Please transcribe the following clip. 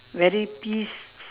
very peace